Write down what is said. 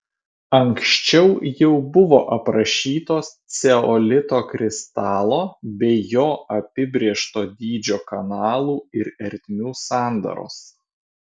anksčiau jau buvo aprašytos ceolito kristalo bei jo apibrėžto dydžio kanalų ir ertmių sandaros